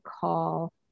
call